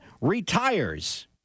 retires